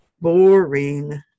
Boring